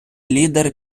лідер